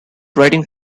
writing